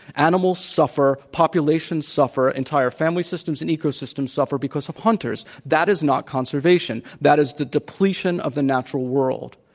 animals suffer, populations suffer, entire family systems and ecosystems suffer because of hunters. that is not conservation. that is the depletion of the natural world.